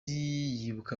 yibuka